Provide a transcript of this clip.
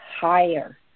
higher